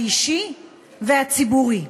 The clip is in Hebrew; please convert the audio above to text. האישי והציבורי,